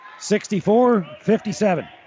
64-57